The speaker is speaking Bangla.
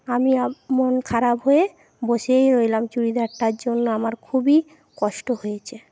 আমি আব মন খারাপ হয়ে বসেই রইলাম চুড়িদারটার জন্য আমার খুবই কষ্ট হয়েছে